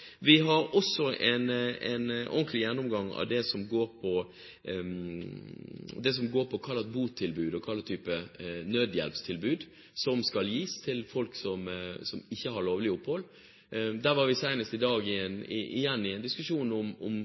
Vi har også en ordentlig gjennomgang av det som går på hva slags botilbud og hva slags type nødhjelpstilbud som skal gis til folk som ikke har lovlig opphold. Vi var senest i dag igjen i en diskusjon om